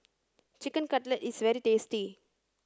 chicken Cutlet is very tasty